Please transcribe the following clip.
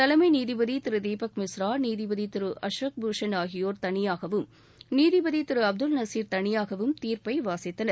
தலைமை நீதிபதி திரு தீபக் மிஸ்ரா நீதிபதி திரு அசோக் பூஷன் ஆகியோர் தனியாகவும் நீதிபதி திரு எஸ் அப்துல் நசீர் தனியாகவும் தீர்ப்பை வாசித்தனர்